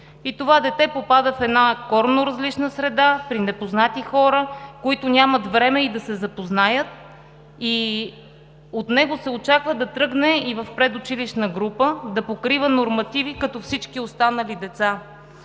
и това дете попада в една коренно различна среда при непознати хора, които нямат време и да се запознаят, а от него се очаква да тръгне и в предучилищна група, да покрива нормативи като всички останали деца.